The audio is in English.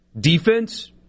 defense